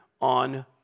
on